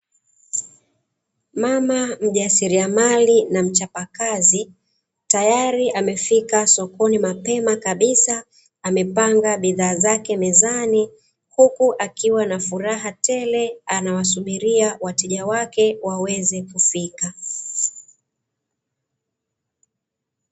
Mama mjasiriamali na mchapakazi tayari amefika sokoni mapema kabisa amepanga bidhaa zake mezani, huku akiwa na furaha tele anawasubiria wateja wake waweze kufika.